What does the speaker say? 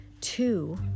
two